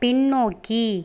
பின்னோக்கி